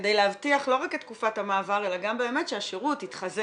כדי להבטיח לא רק את תקופת המעבר אלא גם באמת שהשירות יתחזק,